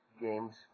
games